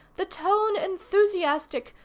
the tone enthusiastic,